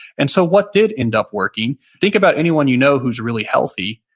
and so what did end up working, think about anyone you know who's really healthy,